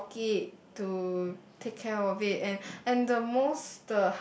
to walk it to take care of it and and the most